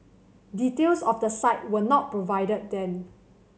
details of the site were not provided then